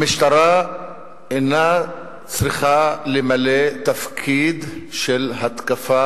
המשטרה אינה צריכה למלא תפקיד של התקפה